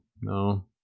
no